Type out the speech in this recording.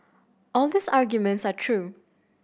all these arguments are true